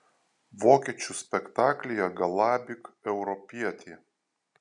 vokiečių spektaklyje galabyk europietį